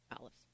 olives